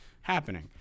happening